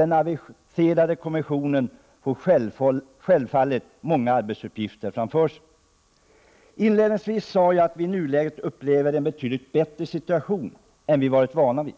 Den aviserade kommissionen har självfallet många arbetsuppgifter framför sig. Inledningsvis sade jag att vi i nuläget upplever en betydligt bättre situation än vad vi har varit vana vid.